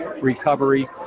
Recovery